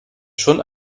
schon